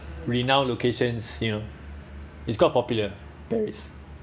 renowned locations you know it's quite popular paris